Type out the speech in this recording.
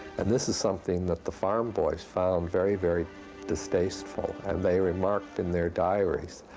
and this is something that the farm boys found very very distasteful and they remarked in their diaries.